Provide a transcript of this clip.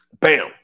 bam